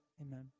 amen